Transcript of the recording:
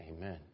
Amen